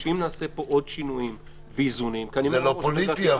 אם נשעה פה עוד שינויים ואיזונים --- זה לא פוליטי.